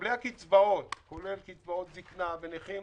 מקבלי הקצבאות, כולל קצבאות זקנה ונכים